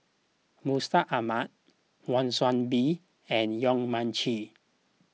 Mustaq Ahmad Wan Soon Bee and Yong Mun Chee